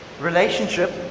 relationship